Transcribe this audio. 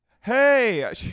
Hey